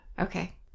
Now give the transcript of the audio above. okay